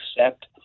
accept